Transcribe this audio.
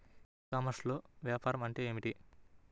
ఈ కామర్స్లో వ్యాపారం అంటే ఏమిటి?